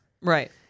Right